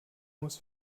muss